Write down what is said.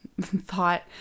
thought